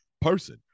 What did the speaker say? person